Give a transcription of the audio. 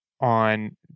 on